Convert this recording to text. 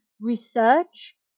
research